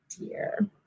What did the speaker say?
dear